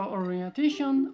orientation